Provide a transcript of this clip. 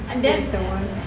that's the worst